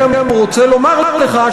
אני גם רוצה לומר לך,